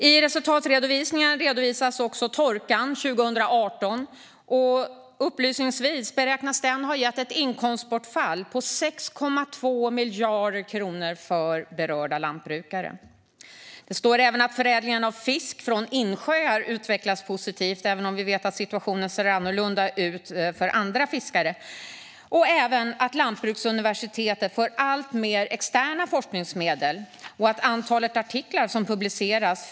I resultatredovisningen kan man se att torkan 2018 beräknas ha gett ett inkomstbortfall på 6,2 miljarder kronor för berörda lantbrukare. Det står även att förädlingen av fisk från insjöar utvecklas positivt, även om vi vet att situationen ser annorlunda ut för andra fiskare. Därtill får Sveriges lantbruksuniversitet alltmer externa forskningsmedel, och antalet artiklar som publiceras har ökat.